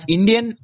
Indian